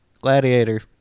Gladiator